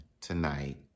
tonight